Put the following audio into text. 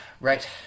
Right